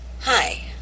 hi